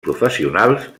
professionals